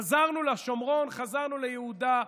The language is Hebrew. חזרנו לשומרון, חזרנו ליהודה,